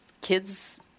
kids